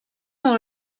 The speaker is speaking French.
dans